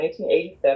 1987